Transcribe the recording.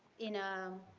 in a